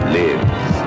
lives